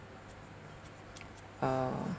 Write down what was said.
uh